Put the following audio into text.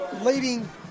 leading